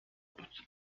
بود